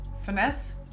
finesse